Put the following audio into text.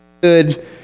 good